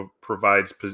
provides